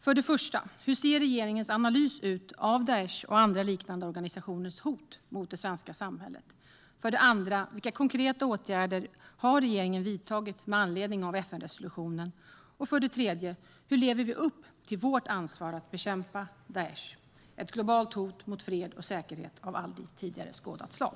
För det första: Hur ser regeringens analys ut av Daish och andra liknande organisationers hot mot det svenska samhället? För det andra: Vilka konkreta åtgärder har regeringen vidtagit med anledning av FN-resolutionen? För det tredje: Hur lever vi upp till vårt ansvar att bekämpa Daish - ett globalt hot mot fred och säkerhet av aldrig tidigare skådat slag?